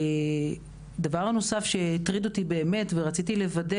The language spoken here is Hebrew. הדבר הנוסף שהטריד אותי באמת ורציתי לוודא